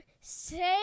say